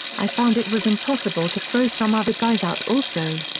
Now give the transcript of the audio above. i found it was impossible to throw some other guys out also.